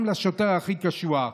גם לשוטר הכי קשוח.